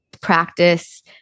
Practice